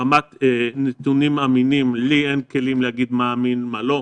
רמת נתונים אמינים לי אין כלים להגיד מה אמין ומה לא.